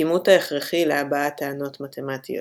הכימות ההכרחי להבעת טענות מתמטיות.